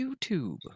YouTube